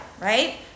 right